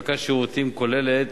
לאספקת שירותים כוללת